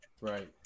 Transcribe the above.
Right